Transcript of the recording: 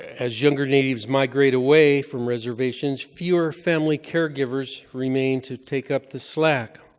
as younger natives migrate away from reservations, fewer family caregivers remain to take up the slack.